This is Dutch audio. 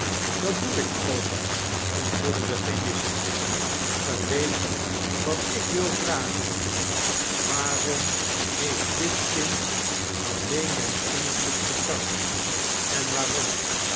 dat doe ik ook antwoordde de chemist gie weet wat ik wil vragen waarom heeft dit kind alleen mijn invloed getart en waarom